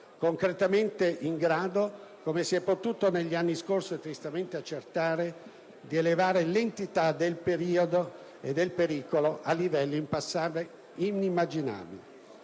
concretamente in grado - come si è potuto negli anni trascorsi tristemente accertare - di elevare l'entità del pericolo a livelli in passato inimmaginabili.